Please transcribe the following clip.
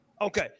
okay